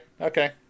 Okay